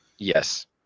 yes